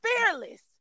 fearless